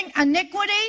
iniquity